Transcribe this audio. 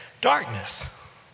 Darkness